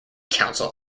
council